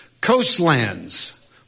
Coastlands